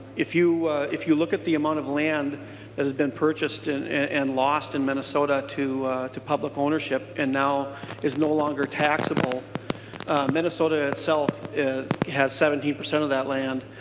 if you if you look at the amount of land has been purchased and and lost in minnesota to to public ownership and now is no longer taxable minnesota itself has seventy percent of that land.